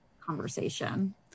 conversation